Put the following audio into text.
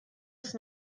ist